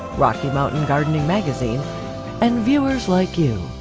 rocky mountain gardening magazine and viewers like you.